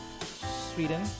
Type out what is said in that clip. Sweden